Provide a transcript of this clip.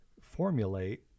formulate